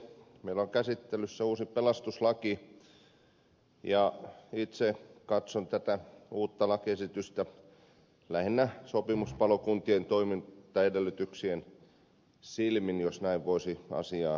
meillä on käsittelyssä uusi pelastuslaki ja itse katson tätä uutta lakiesitystä lähinnä sopimuspalokuntien toimintaedellytysten silmin jos näin voisi asian sanoa